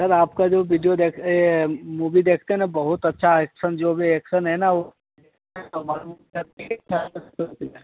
sir आपका जो video देख मुवी देखते हैं ना बहुत अच्छा एक्सन जो भी एक्सन है ना वह तो बहुत सब ठीक ठाक